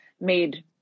made